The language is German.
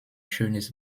schönes